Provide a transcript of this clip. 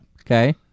okay